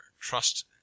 trust